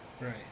Right